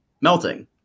melting